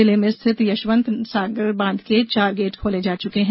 जिले में स्थित यशवंत सागर बांध के चार गेट खोले जा चुके हैं